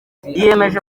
yiyemeje